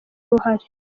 uruhare